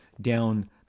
down